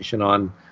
on